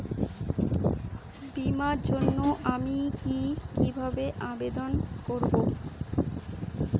বিমার জন্য আমি কি কিভাবে আবেদন করব?